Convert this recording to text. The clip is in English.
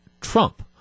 Trump